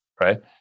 right